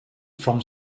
from